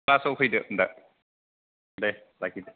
class आव फैदो दा दे लाखिदो